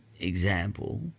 example